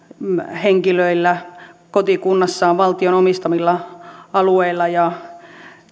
henkilöillä kotikunnassaan valtion omistamilla alueilla ja